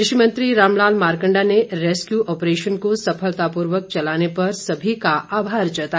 कृषिमंत्री रामलाल मारकंडा ने रैस्कयू ऑपरेशन को सफलतापूर्वक चलाने पर सभी का आभार जताया